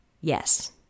Yes